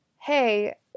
Hey